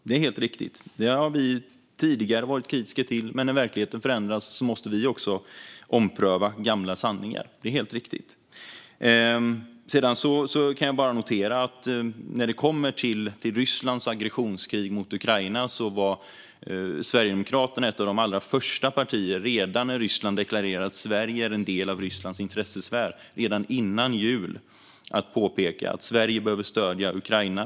Det är helt riktigt att vi tidigare varit kritiska till det, men när verkligheten förändras måste vi också ompröva gamla sanningar. Det är helt riktigt. Sedan kan jag bara notera att när det kommer till Rysslands aggressionskrig mot Ukraina var Sverigedemokraterna ett av de allra första partierna, redan när Ryssland före jul deklarerade att Sverige är en del av Rysslands intressesfär, att påpeka att Sverige behövde stödja Ukraina.